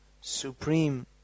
supreme